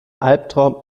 albtraum